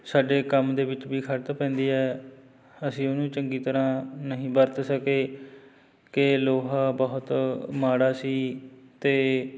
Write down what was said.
ਸਾਡੇ ਕੰਮ ਦੇ ਵਿੱਚ ਵੀ ਖੜਤ ਪੈਂਦੀ ਹੈ ਅਸੀਂ ਉਹਨੂੰ ਚੰਗੀ ਤਰ੍ਹਾਂ ਨਹੀਂ ਵਰਤ ਸਕੇ ਕਿ ਲੋਹਾ ਬਹੁਤ ਮਾੜਾ ਸੀ ਅਤੇ